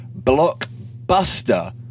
blockbuster